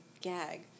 gag